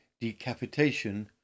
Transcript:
decapitation